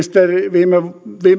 viime